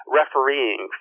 refereeing